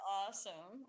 awesome